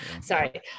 Sorry